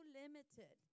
limited